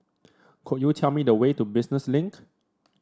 could you tell me the way to Business Link